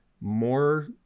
more